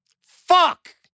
Fuck